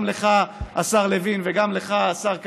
גם לך השר לוין וגם לך השר כץ,